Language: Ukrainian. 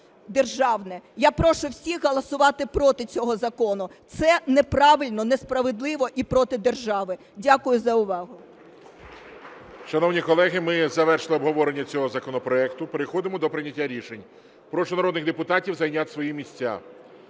державне. Я прошу всіх голосувати проти цього закону. Це неправильно, несправедливо і проти держави. Дякую за увагу. ГОЛОВУЮЧИЙ. Шановні колеги, ми завершили обговорення цього законопроекту. Переходимо до прийняття рішень. Прошу народних депутатів зайняти свої місця.